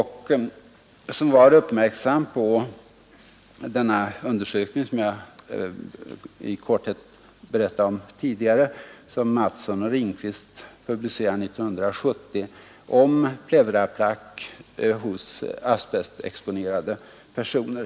Han hade uppmärksammat den undersökning — jag berättade i korthet om den tidigare — som Mattson och Ringqvist publicerade 1970 om pleura plaques hos asbestexponerade personer.